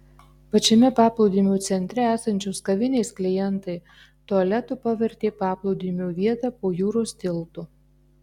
pačiame paplūdimio centre esančios kavinės klientai tualetu pavertė paplūdimio vietą po jūros tiltu